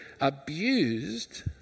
abused